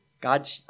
God